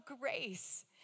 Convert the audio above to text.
grace